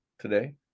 today